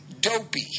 dopey